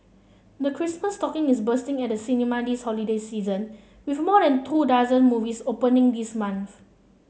the Christmas stocking is bursting at the cinemas this holiday season with more than two dozen movies opening this month